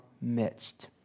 midst